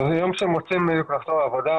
אז מי שרוצה לחזור לעבודה,